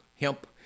hemp